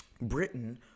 britain